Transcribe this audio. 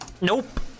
Nope